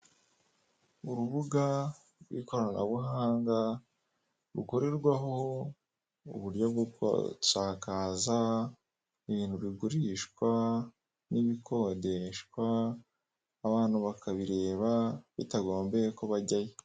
Urubuga rw'ikoranabuhanga rukorerwaho mu buryo bwo gusakaza ibintu bigurishwa n'ibikodeshwa abantu bakabireba bitagombeye ko bajyayo.